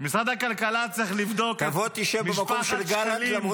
משרד הכלכלה צריך לבדוק את משפחת שקלים -- תבוא ותשב במקום של גלנט,